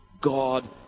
God